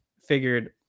figured